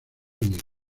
unidos